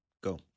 Go